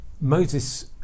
Moses